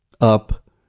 up